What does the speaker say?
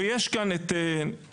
ויש כאן את הנציגה,